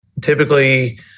typically